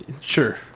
sure